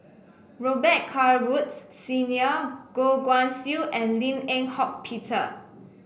Robet Carr Woods Senior Goh Guan Siew and Lim Eng Hock Peter